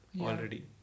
already